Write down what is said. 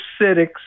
acidic